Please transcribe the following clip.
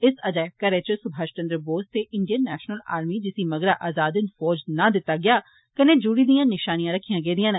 इस अजायब घरै च सुभाश चंद्र बोस ते इंडियन नेष्नल आर्मी जिसी मगरा अजाद हिन्द फौज नां दित्ता गेया कन्ने जुड़ी दियां केंई नषानियां रखिया गेदियां न